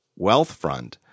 Wealthfront